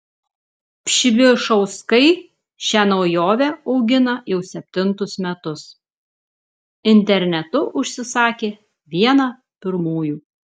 pšibišauskai šią naujovę augina jau septintus metus internetu užsisakė vieną pirmųjų